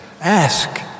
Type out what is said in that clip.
Ask